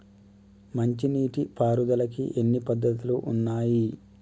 మంచి నీటి పారుదలకి ఎన్ని పద్దతులు ఉన్నాయి?